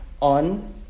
on